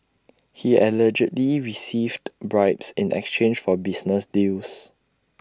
he allegedly received bribes in exchange for business deals